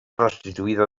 restituïda